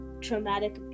traumatic